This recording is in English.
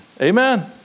Amen